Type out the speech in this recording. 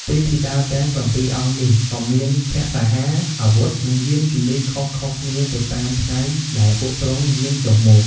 ទេពធីតាទាំង៧អង្គនេះ ក៏មានភក្សាហារ អាវុធ និងយានជំនិះខុសៗគ្នាទៅតាមថ្ងៃដែលពួកទ្រង់យាងចុះមក។